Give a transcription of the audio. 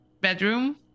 bedroom